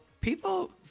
people